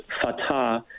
Fatah